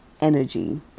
energy